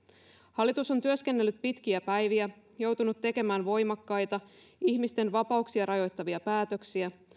hallitus on työskennellyt pitkiä päiviä joutunut tekemään voimakkaita ihmisten vapauksia rajoittavia päätöksiä